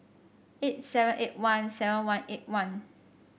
eight seven eight one seven one eight one